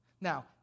Now